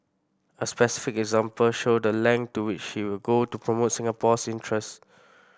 a specific example showed the length to which you'll go to promote Singapore's interest